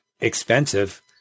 expensive